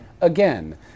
again